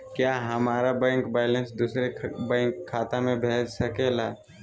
क्या हमारा bank balance दूसरे बैंक खाता में भेज सके ला?